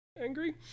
angry